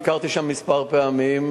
ביקרתי שם כמה פעמים.